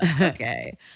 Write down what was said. Okay